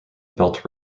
belt